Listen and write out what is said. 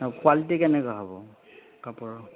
অঁ কোৱালিটি কেনেকুৱা হ'ব কাপোৰৰ